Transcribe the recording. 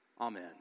Amen